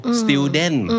student